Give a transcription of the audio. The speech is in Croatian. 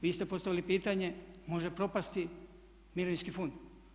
Vi ste postavili pitanje, može propasti mirovinski fond.